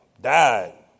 Died